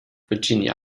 virginia